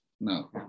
no